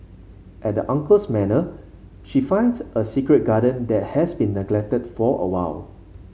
at the uncle's manor she finds a secret garden that has been neglected for a while